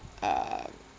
uh